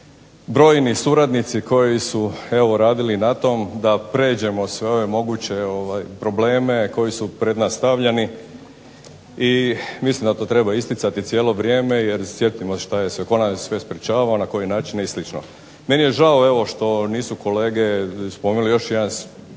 brojni suradnici koji su evo radili na tom da pređemo sve ove moguće probleme koji su pred nas stavljeni i mislim da to treba isticati cijelo vrijeme, jer sjetimo se tko nas je sve sprečavao, na koje načine i slično. Meni je žao što nisu kolege spomenuli još jedan